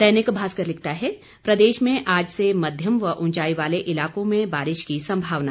दैनिक भास्कर लिखता है प्रदेश में आज से मध्यम व ऊंचाई वाले इलाकों में बारिश की सम्भावना